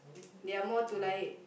they are more to like